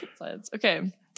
Okay